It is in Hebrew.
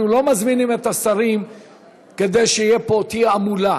אנחנו לא מזמינים את השרים כדי שתהיה פה המולה.